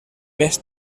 més